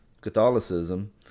Catholicism